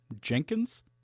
Jenkins